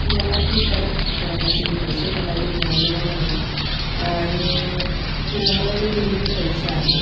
की मला हे परत करा माझे हे पैसे मला अजून मिळालेले नाही आहे आणि तुम्हाला जे दिलेले पैसे आहेत